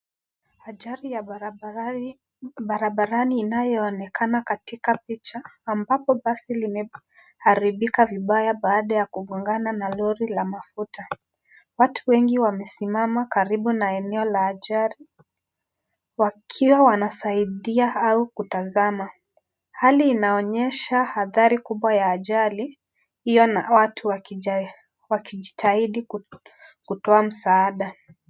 Ajali ya barabarani inayoonekana katika picha ambapo basi limeharibika vibaya baada ya kugongana na lori la mafuta. Watu wengi wamesimama karibu na eneo la ajali wakiwa wanasaidia au kutazama. Hali inaonyesha athari kubwa ya ajali iliyo na watu wakijitahidi kutoa msaada.